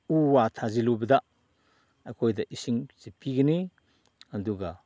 ꯎ ꯋꯥ ꯊꯥꯖꯤꯜꯂꯨꯕꯗ ꯑꯩꯈꯣꯏꯗ ꯏꯁꯤꯡꯁꯤ ꯄꯤꯒꯅꯤ ꯑꯗꯨꯒ